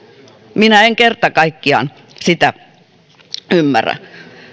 minä en kerta kaikkiaan sitä ymmärrä